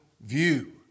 view